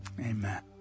amen